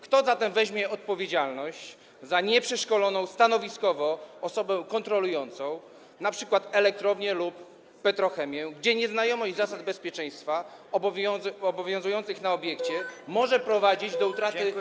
Kto zatem weźmie odpowiedzialność za nieprzeszkoloną stanowiskowo osobę kontrolującą np. elektrownię lub petrochemię, gdzie nieznajomość zasad bezpieczeństwa obowiązujących w obiekcie może prowadzić do utraty zdrowia.